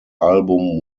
album